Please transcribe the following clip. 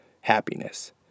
happiness